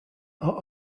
are